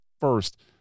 first